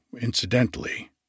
incidentally